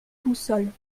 boussole